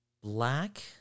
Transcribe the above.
Black